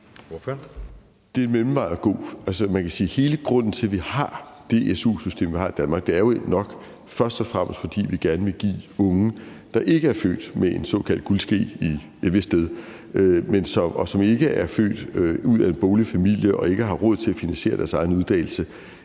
tage. Man kan sige, at hele grunden til, at vi har det su-system, vi har i Danmark, jo nok først og fremmest er, at vi gerne vil give unge, der ikke er født med en såkaldt guldske et vist sted, og som ikke er født i en boglig familie og ikke har råd til at finansiere deres egen uddannelse,